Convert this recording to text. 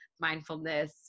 mindfulness